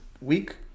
week